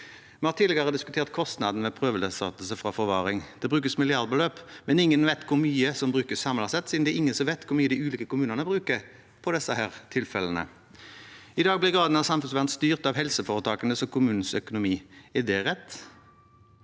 Vi har tidligere diskutert kostnaden ved prøveløslatelse fra forvaring. Det brukes milliardbeløp, men ingen vet hvor mye som brukes samlet sett, siden ingen vet hvor mye de ulike kommunene bruker på disse tilfellene. I dag blir graden av samfunnsvern styrt av helseforetakenes og kommunenes økonomi. Er det rett?